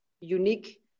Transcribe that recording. unique